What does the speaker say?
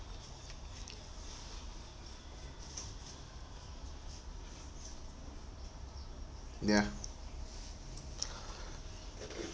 ya